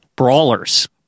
Brawlers